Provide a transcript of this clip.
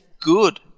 good